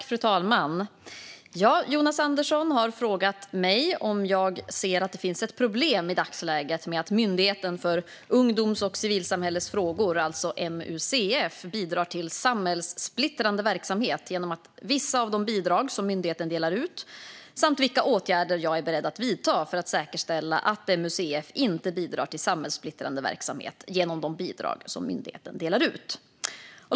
Fru talman! Jonas Andersson har frågat mig om jag ser att det finns ett problem i dagsläget med att Myndigheten för ungdoms och civilsamhällesfrågor, MUCF, bidrar till samhällssplittrande verksamhet genom vissa av de bidrag som myndigheten delar ut samt vilka åtgärder som jag är beredd att vidta för att säkerställa att MUCF inte bidrar till samhällssplittrande verksamhet genom de bidrag som myndigheten delar ut.